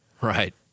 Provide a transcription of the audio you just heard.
Right